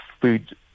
food